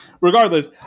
Regardless